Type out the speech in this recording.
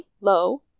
low